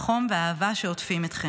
החום והאהבה שעוטפים אתכם.